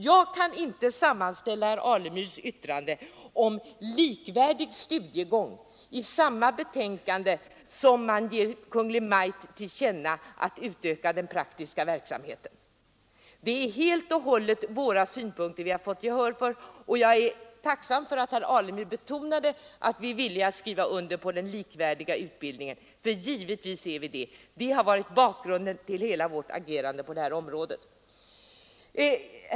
Jag kan inte finna herr Alemyrs yttrande om likvärdig studiegång förenligt med det betänkande där utskottet vill ge Kungl. Maj:t till känna att den praktiska verksamheten bör utökas. Det är helt och hållet våra synpunkter som har vunnit gehör. Jag är också tacksam för att herr Alemyr betonade att vi är villiga att ansluta oss till tanken på den likvärdiga utbildningen — givetvis är vi det. Det har varit bakgrunden till hela vårt agerande på detta område.